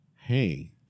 Hey